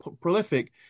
prolific